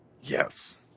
Yes